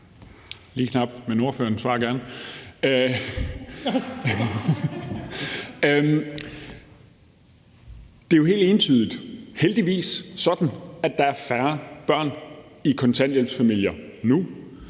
Det er jo helt entydigt heldigvis sådan, at der er færre børn i kontanthjælpsfamilier nu.